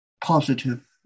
positive